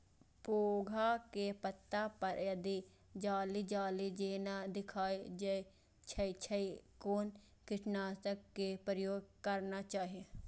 पोधा के पत्ता पर यदि जाली जाली जेना दिखाई दै छै छै कोन कीटनाशक के प्रयोग करना चाही?